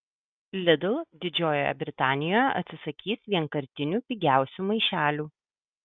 lidl didžiojoje britanijoje atsisakys vienkartinių pigiausių maišelių